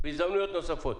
בהזדמנויות נוספות.